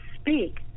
speak